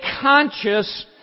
conscious